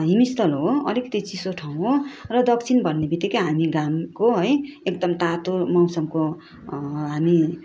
हिमस्थल हो अलिकिति चिसो ठाउँ हो दक्षिण भन्ने बित्तिकै हामी घामको है एकदम तातो मौसमको हामी